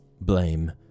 Blame